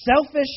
selfish